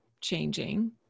changing